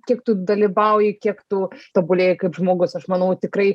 kiek tu dalyvauji kiek tu tobulėji kaip žmogus aš manau tikrai